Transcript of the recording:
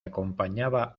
acompañaba